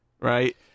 right